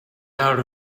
out